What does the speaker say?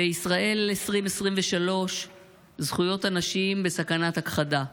בישראל 2023 זכויות הנשים בסכנת הכחדה.